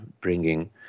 bringing